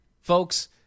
folks